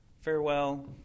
farewell